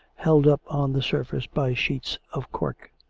held up on the surface by sheets of cork.